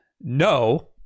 no